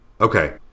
Okay